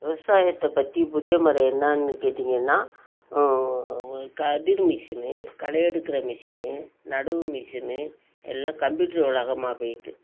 விவசாயத்தை பற்றி புதிய முறை என்னென்னு கேட்டீங்கன்னா கதிர் மிஷினு களையெடுக்கிற மிஷினு நடவு மிஷினு எல்லாம் கம்ப்யூட்ரு உலகமாக போயிட்டு